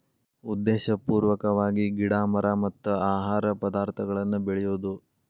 ಉದ್ದೇಶಪೂರ್ವಕವಾಗಿ ಗಿಡಾ ಮರಾ ಮತ್ತ ಆಹಾರ ಪದಾರ್ಥಗಳನ್ನ ಬೆಳಿಯುದು